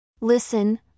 Listen